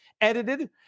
edited